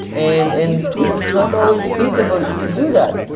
and and it's not always feasible to do that.